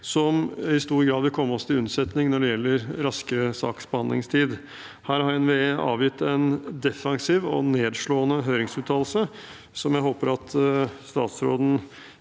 som i stor grad vil komme oss til unnsetning når det gjelder raskere saksbehandlingstid. Her har NVE avgitt en defensiv og nedslående høringsuttalelse, som jeg håper at statsråden